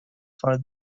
for